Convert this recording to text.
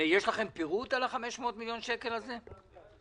יש לכם פירוט על ה-500 מיליון שקל הזה?